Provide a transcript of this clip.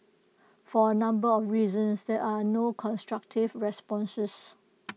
for A number of reasons there are not constructive responses